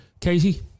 Katie